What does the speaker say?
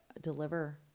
deliver